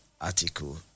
article